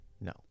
No